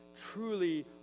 truly